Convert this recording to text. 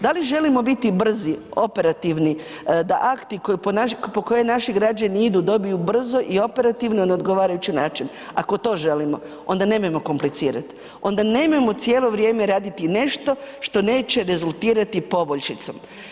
Da li želimo biti brzi, operativni, da akti po koje naši građani idu, dobiju brzo i operativno na odgovarajući način, ako to želimo, onda nemojmo komplicirat, onda nemojmo cijelo vrijeme raditi nešto što neće rezultirati poboljšicom.